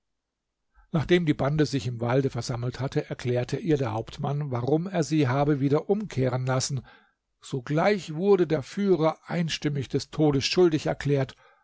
nachdem die bande sich im walde versammelt hatte erklärte ihr der hauptmann warum er sie habe wieder umkehren lassen sogleich wurde der führer einstimmig des todes schuldig erklärt